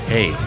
Hey